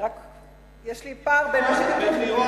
רק יש לי פער בין מה שכתוב לבין